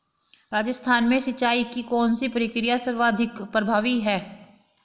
राजस्थान में सिंचाई की कौनसी प्रक्रिया सर्वाधिक प्रभावी है?